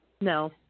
No